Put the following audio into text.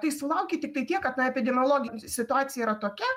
tai sulauki tiktai tiek kad epidemiologinė situacija yra tokia